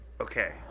Okay